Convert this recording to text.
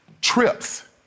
trips